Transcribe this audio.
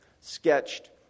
sketched